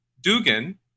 Dugan